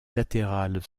latérales